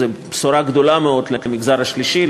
זאת בשורה גדולה מאוד למגזר השלישי,